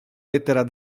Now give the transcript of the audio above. lettera